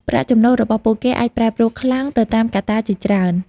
ប្រាក់ចំណូលរបស់ពួកគេអាចប្រែប្រួលខ្លាំងទៅតាមកត្តាជាច្រើន។